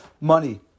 money